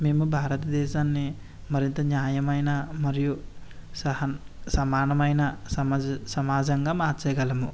మేము భారతదేశాన్ని మరింత న్యాయమైన మరియు సహ సమానమైన సమ సమాజంగా మార్చగలము